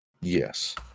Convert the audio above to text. Yes